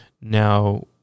Now